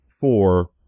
four